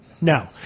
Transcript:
No